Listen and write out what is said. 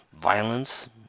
violence